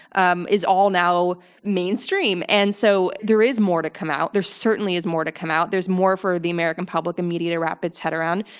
um is all now mainstream. and so, there is more to come out. there certainly is more to come out. there's more for the american public and media to wrap its head around.